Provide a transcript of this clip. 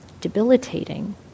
debilitating